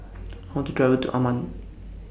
I want to travel to Amman